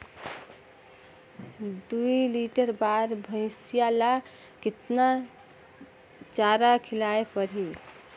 दुई लीटर बार भइंसिया ला कतना चारा खिलाय परही?